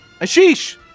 Ashish